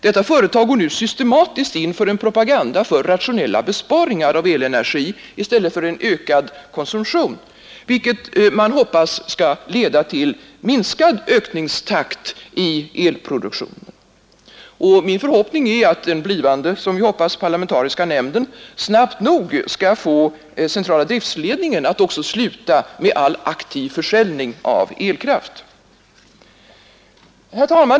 Detta företag går nu systematiskt in för en propaganda för rationella besparingar av elenergi i stället för en ökad konsumtion, vilket man hoppas skall leda till minskad ökningstakt i elproduktionen. Min förhoppning är att den blivande — som vi hoppas — parlamentariska nämnden snabbt nog skall få också centrala driftledningen att sluta med all aktiv försäljning av elkraft. Herr talman!